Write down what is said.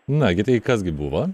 nagi tai kas gi buvo